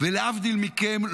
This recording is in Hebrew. ולהבדיל מכם,